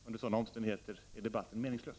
Under sådana omständigheter är debatten meningslös.